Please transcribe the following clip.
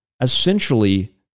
Essentially